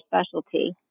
specialty